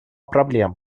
проблем